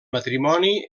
matrimoni